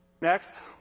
Next